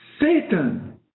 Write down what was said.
Satan